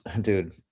dude